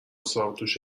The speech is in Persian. ساقدوش